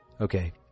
Okay